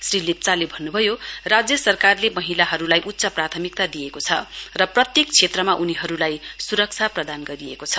श्री लेप्चाले भन्नुभयो राज्य सरकारले महिलाहरूलाई उच्च प्राथमिकता दिएको छ र प्रत्येक क्षेत्रमा उनीहरूलाई सुरक्षा प्रदान गरिएको छ